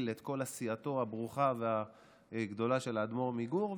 את כל עשייתו הברוכה והגדולה של האדמו"ר מגור,